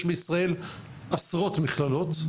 יש בישראל עשרות מכללות,